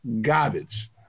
garbage